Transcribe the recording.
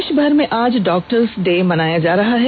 देशभर में आज डॉक्टर्स डे मनाया जा रहा है